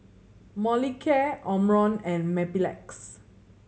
Molicare Omron and Mepilex